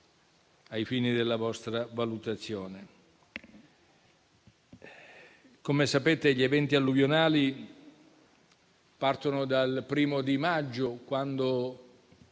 ai fini della vostra valutazione. Come sapete, gli eventi alluvionali partono dal 1° e dal 2 maggio, quando